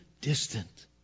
distant